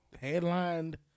headlined